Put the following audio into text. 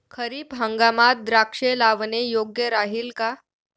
खरीप हंगामात द्राक्षे लावणे योग्य राहिल का?